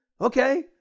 okay